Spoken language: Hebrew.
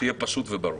שיהיה פשוט וברור.